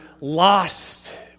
lost